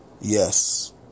Yes